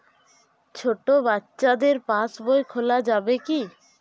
ছোট বাচ্চাদের পাশবই খোলা যাবে কি?